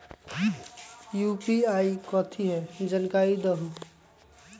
UPI कथी है? जानकारी दहु